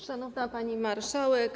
Szanowna Pani Marszałek!